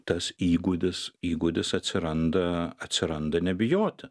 tas įgūdis įgūdis atsiranda atsiranda nebijoti